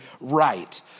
right